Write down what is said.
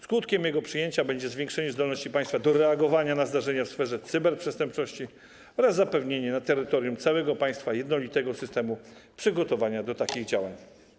Skutkiem przyjęcia ustawy będzie zwiększenie zdolności państwa do reagowania na zdarzenia w sferze cyberprzestępczości oraz zapewnienie na terytorium całego państwa jednolitego systemu przygotowania do takich działań.